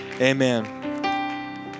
Amen